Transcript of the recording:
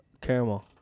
caramel